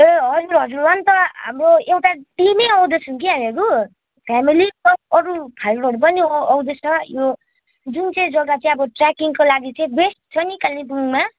ए हजुर हजुर अन्त हाम्रो एउटा टिमै आउँदैछौँ कि हामीहरू फ्यामेली प्लस् अरू फ्रेन्डहरू पनि आउँदैछ यो जुन चाहिँ जग्गा चाहिँ अब ट्रेकिङको लागि चाहिँ बेस्ट छ नि कालिम्पोङमा